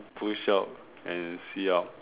push up and sit up